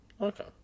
Okay